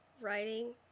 writing